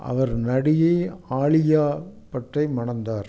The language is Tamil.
அவர் நடிகை ஆலியா பட்டை மணந்தார்